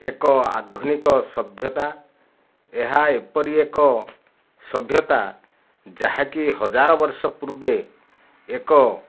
ଏକ ଆଧୁନିକ ସଭ୍ୟତା ଏହା ଏପରି ଏକ ସଭ୍ୟତା ଯାହାକି ହଜାର ବର୍ଷ ପୂର୍ବେ ଏକ